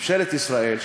ממשלת ישראל,